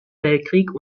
weltkrieg